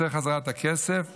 והוא רוצה את הכסף חזרה,